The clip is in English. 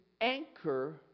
anchor